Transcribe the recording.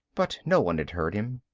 but no one had heard him.